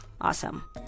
Awesome